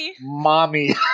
Mommy